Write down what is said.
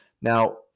Now